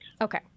Okay